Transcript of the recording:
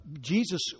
Jesus